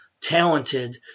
talented